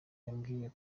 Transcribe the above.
yambwiye